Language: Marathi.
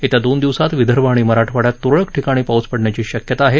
येत्या दोन दिवसात विदर्भ आणि मराठवाड्यात त्रळक ठिकाणी पाऊस पडण्याची शक्यता आहे